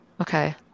Okay